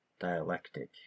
dialectic